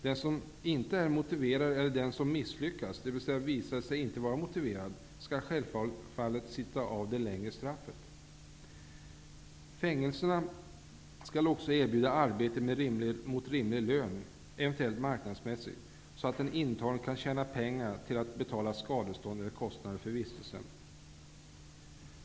Den som inte är motiverad eller den som misslyckas, dvs. visar sig inte vara motiverad, skall självfallet sitta av det längre straffet. Fängelserna skall också erbjuda arbete mot rimlig lön, eventuellt marknadsmässig, så att intagna kan tjäna pengar till att betala skadestånd eller kostnader för vistelsen.